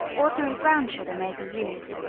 ordinary brown sugar may be used,